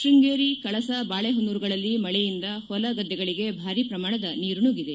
ಶೃಂಗೇರಿ ಕಳಸಾ ಬಾಳೇಹೊನ್ನೂರುಗಳಲ್ಲಿ ಮಳೆಯಿಂದ ಹೊಲ ಗದ್ದೆಗಳಿಗೆ ಭಾರೀ ಪ್ರಮಾಣದ ನೀರು ಸುಗ್ಗಿದೆ